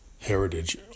Heritage